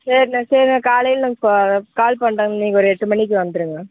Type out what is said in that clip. சரிண்ணா சரிண்ணா காலையில் இப்போ கால் பண்ணுறேங்க நீங்கள் ஒரு எட்டு மணிக்கு வந்துருங்க